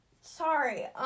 Sorry